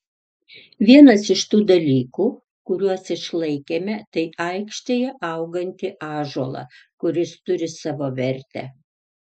vienas iš tų dalykų kuriuos išlaikėme tai aikštėje augantį ąžuolą kuris turi savo vertę